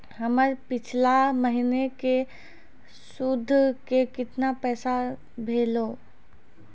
हमर पिछला महीने के सुध के केतना पैसा भेलौ?